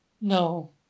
No